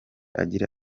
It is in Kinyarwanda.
agira